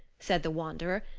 said the wanderer,